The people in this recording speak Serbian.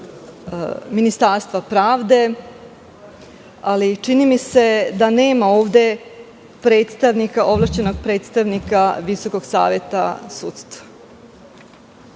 Ministarstva pravde, ali čini mi se da nema ovde ovlašćenog predstavnika Visokog saveta sudstva,